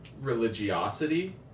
religiosity